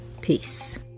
peace